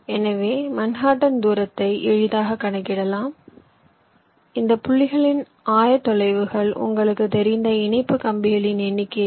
எனவே மன்ஹாட்டன் தூரத்தைநீங்கள் எளிதாகக் கணக்கிடலாம் இந்த புள்ளிகளின் ஆயத்தொலைவுகள் உங்களுக்குத் தெரிந்த இணைப்பு கம்பிகளின் எண்ணிக்கை